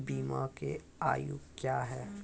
बीमा के आयु क्या हैं?